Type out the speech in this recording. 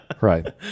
right